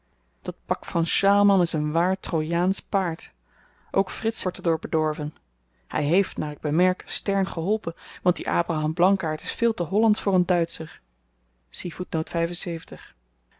dat pak van sjaalman is een waar trojaansch paard ook frits wordt er door bedorven hy heeft naar ik bemerk stern geholpen want die abraham blankaart is veel te hollandsch voor een duitscher